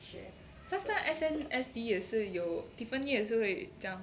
last time S_N_S_D 也是有 tiffany 也是会讲